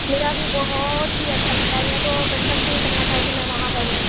میرا بھی بہت ہی اچھا چل رہا ہے میرا تو بچپن سے ہی سپنا تھا کہ میں وہاں پڑھوں